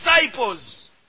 disciples